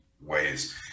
ways